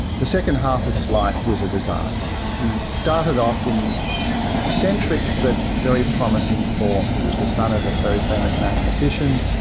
the second half of his life was a disaster. he started off in eccentric but very promising form. he was the son of a very famous mathematician,